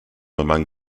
among